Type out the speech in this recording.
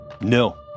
No